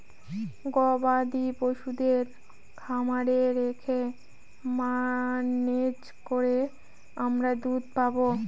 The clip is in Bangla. গবাদি পশুদের খামারে রেখে ম্যানেজ করে আমরা দুধ পাবো